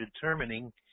determining